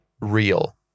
real